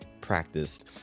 practiced